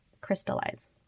crystallize